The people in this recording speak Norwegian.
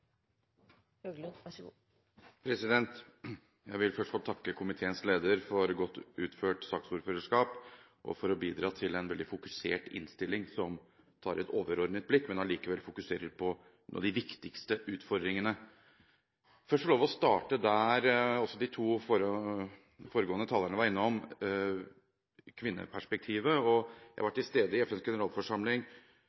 Jeg vil først få takke komiteens leder for godt utført saksordførerskap og for å bidra til en veldig fokusert innstilling som har et overordnet blikk, men allikevel fokuserer på noen av de viktigste utfordringene. Jeg vil få lov å starte med det også de to foregående talerne var innom, kvinneperspektivet. Jeg var